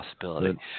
possibility